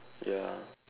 ya